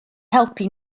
helpu